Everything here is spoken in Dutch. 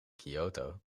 kyoto